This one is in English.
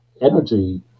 Energy